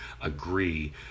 agree